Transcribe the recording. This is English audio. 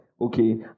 okay